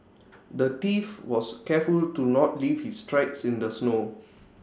the thief was careful to not leave his tracks in the snow